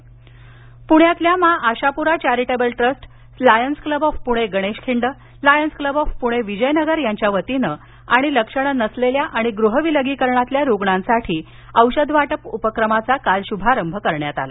औषध वाटप पुण्यातील Maa Ashapura charitable trust lions club of Pune Ganeshkhind lions club of Pune Vijaynagar यांच्या वतीनं आणि लक्षणे नसलेल्या आणि गृहविलगीकरणातील रुग्णांसाठी औषध वाटप उपक्रमाचा काल शुभारंभ करण्यात आला